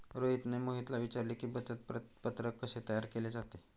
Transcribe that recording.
रोहितने मोहितला विचारले की, बचत पत्रक कसे तयार केले जाते?